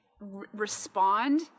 respond